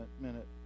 minute